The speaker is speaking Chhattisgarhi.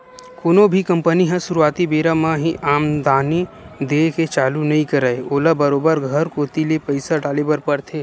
कोनो भी कंपनी ह सुरुवाती बेरा म ही आमदानी देय के चालू नइ करय ओला बरोबर घर कोती ले पइसा डाले बर परथे